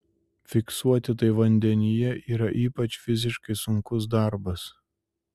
fiksuoti tai vandenyje yra ypač fiziškai sunkus darbas